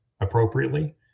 appropriately